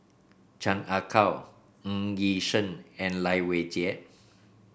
Chan Ah Kow Ng Yi Sheng and Lai Weijie